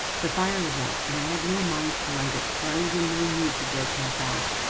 the fire was out and i had no mind to light it, for i was in no mood to break my fast,